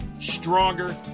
stronger